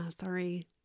Sorry